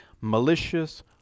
malicious